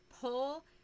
pull